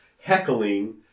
heckling